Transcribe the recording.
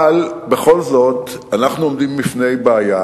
אבל בכל זאת אנחנו עומדים בפני בעיה